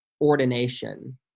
ordination